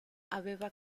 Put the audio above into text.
aveva